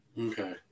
Okay